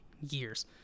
years